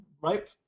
Right